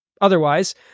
otherwise